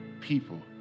people